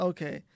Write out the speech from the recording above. Okay